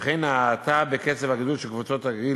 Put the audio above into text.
וכן ההאטה בקצב הגידול של קבוצת הגיל